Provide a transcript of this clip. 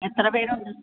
എത്ര പേരുണ്ട്